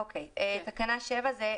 הצבעה אושרה.